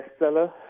bestseller